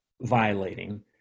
violating